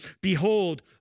Behold